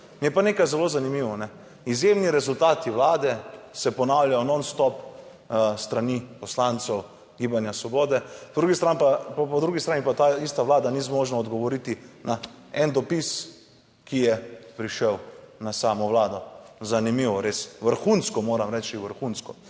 Mi je pa nekaj zelo zanimivo. Izjemni rezultati vlade se ponavljajo non stop s strani poslancev Gibanja Svobode, po drugi strani pa, po drugi strani pa ta ista Vlada ni zmožna odgovoriti na en dopis ki je prišel na samo Vlado. Zanimivo, res, vrhunsko, moram reči, vrhunsko.